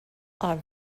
are